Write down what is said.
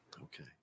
okay